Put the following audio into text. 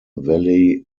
valley